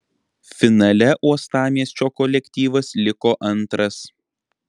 finale uostamiesčio kolektyvas liko antras